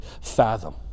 fathom